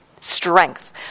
strength